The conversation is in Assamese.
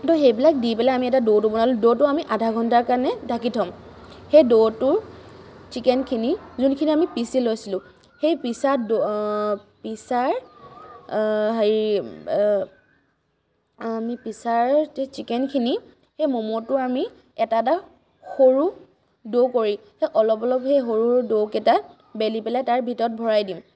তো সেইবিলাক দি পেলাই আমি এটা ডো বনালোঁ ডোটো আমি আধা ঘণ্টাৰ কাৰণে ঢাকি থ'ম সেই ডোটোৰ চিকেনখিনি যোনখিনি আমি পিচি লৈছিলোঁ সেই পিচা পিচাৰ হেৰি আমি পিচাৰ চিকেনখিনি সেই মমোটো আমি এটা এটা সৰু ডো কৰি সেই অলপ অলপ সেই সৰু সৰু ডোকেইটা বেলি পেলাই তাৰ ভিতৰত ভৰাই দিম